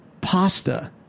pasta